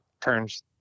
turns